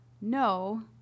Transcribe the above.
No